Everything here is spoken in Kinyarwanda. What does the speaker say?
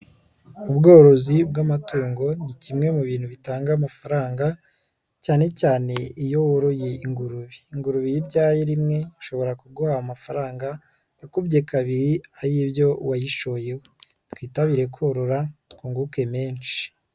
Ubworozi bw'amatungo ni kimwe mu bintu bitanga amafaranga cyane cyane iyo woroye ingurube, ingurube yibyaye rimwe ushobora kuguha amafaranga akubye kabiri ibyo wayishoyeho, twitabire korora twunguke menshi.